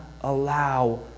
allow